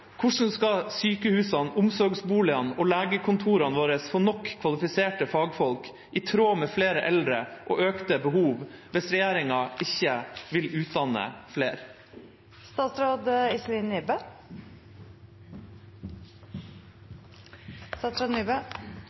Hvordan skal sykehusene, omsorgsboligene og legekontorene våre få nok kvalifiserte fagfolk, i tråd med flere eldre og økte behov, hvis regjeringa ikke vil utdanne